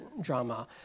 drama